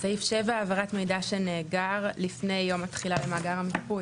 העברת מידע שנאגר לפני יום התחילה למאגר המיפוי